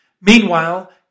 Meanwhile